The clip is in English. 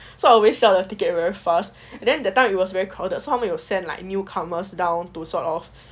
so I'll sell my ticket very fast and then that time it was very crowded 上面有 send like newcomers down to sort of